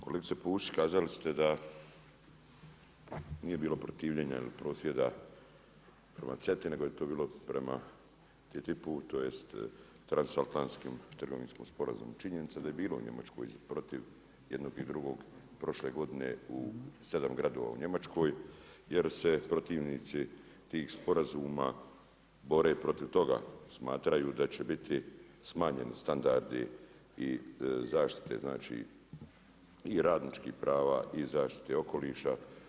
Kolegice Pusić, kazali ste da nije bilo protivljenja ili prosvjeda prema CETA-i, nego je to bilo prema TTIP, tj transatlantskim trgovinsko sporazumnim činjenica, da je bilo u Njemačkoj protiv jednog i drugog prošle godine u 7 gradova u Njemačkoj, jer se protivnici tih sporazuma bore protiv toga, smatraju da će biti smanjeni standardi i zaštitite i radničkih prava i zaštite okoliša.